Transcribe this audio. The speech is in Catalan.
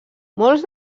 molts